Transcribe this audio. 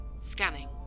Scanning